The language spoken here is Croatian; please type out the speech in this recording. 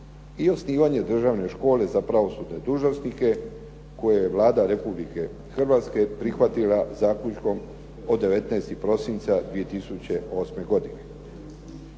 i osnivanje Državne škole za pravosudne dužnosnike koje Vlada Republike Hrvatske prihvatila zaključkom od 19. prosinca 2008. godine.